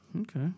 Okay